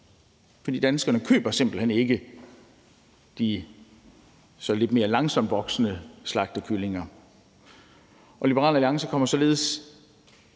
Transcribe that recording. for danskerne køber simpelt hen ikke de så lidt mere langsomtvoksende slagtekyllinger. Liberal Alliance kommer således